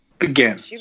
Again